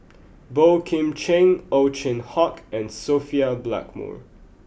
Boey Kim Cheng Ow Chin Hock and Sophia Blackmore